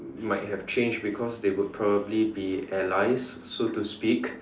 might have changed because they would probably be allies so to speak